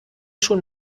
schon